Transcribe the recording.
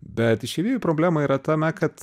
bet išeivijoj problema yra tame kad